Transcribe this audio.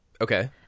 Okay